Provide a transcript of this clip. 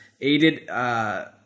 aided